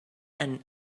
and